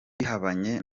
bihabanye